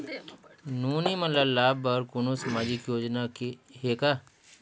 नोनी मन ल लाभ बर कोनो सामाजिक योजना हे का?